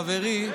חברי,